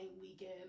weekend